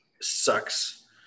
sucks